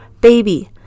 baby